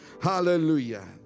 Hallelujah